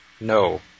No